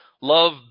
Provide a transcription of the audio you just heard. love